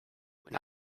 when